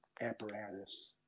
apparatus